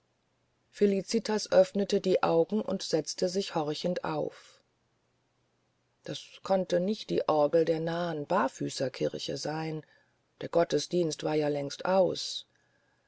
felicitas öffnete die augen und setzte sich horchend auf das konnte nicht die orgel der nahen barfüßerkirche sein der gottesdienst war ja längst aus